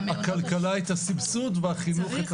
הכלכלה את הסבסוד והחינוך?